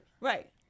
right